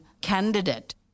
candidate